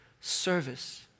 service